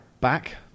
back